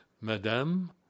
Madame